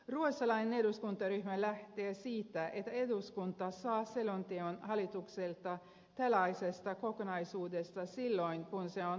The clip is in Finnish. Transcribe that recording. ruotsalainen eduskuntaryhmä lähtee siitä että eduskunta saa selonteon hallitukselta tällaisesta kokonaisuudesta silloin kun se on hahmotettavissa